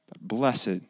blessed